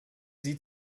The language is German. sie